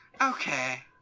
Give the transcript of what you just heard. okay